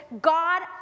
God